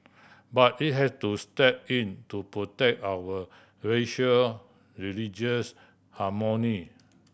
but it has to step in to protect our racial religious harmony